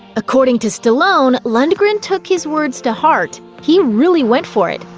according to stallone, lundgren took his words to heart, he really went for it,